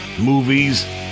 movies